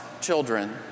children